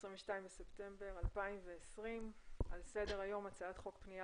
22 בספטמבר 2020. על סדר היום הצעת חוק פנייה